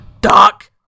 Doc